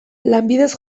lanbidez